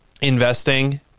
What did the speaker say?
investing